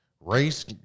race